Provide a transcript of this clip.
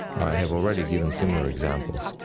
i have already given similar examples.